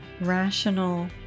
rational